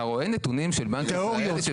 אתה רואה נתונים של בנק ישראל?